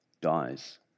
dies